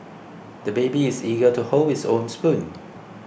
the baby is eager to hold his own spoon